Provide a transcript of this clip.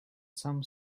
some